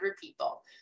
people